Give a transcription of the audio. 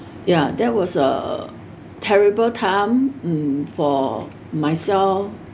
ya that was a terrible time mm for myself